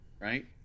right